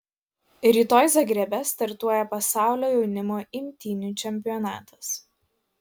rytoj zagrebe startuoja pasaulio jaunimo imtynių čempionatas